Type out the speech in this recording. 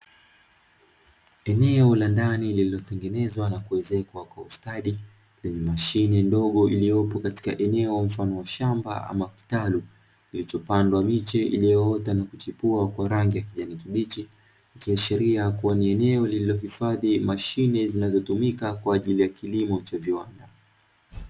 Eneo la ndani liliotengenezwa na kuezekwa kwa ustadi, Lenye mashine ndogo iliyopo katika eneo dogo mfano wa shamba ama kitaru kilichopandwa miche iliyoota kwa rangi ya kijani kibichi. Ikiashiria kuwa ni eneo lililohifadhi mashine kwa ajili ya kilimo cha viwanda.